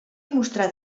mostrat